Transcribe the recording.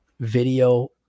video